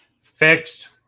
Fixed